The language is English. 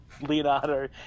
Leonardo